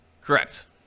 Correct